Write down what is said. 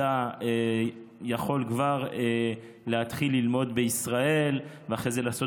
אתה יכול כבר להתחיל ללמוד בישראל ואחרי זה לעשות